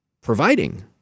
providing